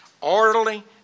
Orderly